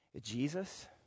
Jesus